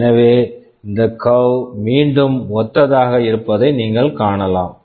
எனவே இந்த curve curve மீண்டும் ஒத்ததாக இருப்பதை நீங்கள் காணலாம்